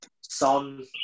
son